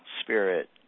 spirit